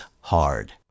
hard